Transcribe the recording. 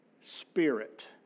spirit